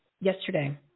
yesterday